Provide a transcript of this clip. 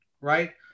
right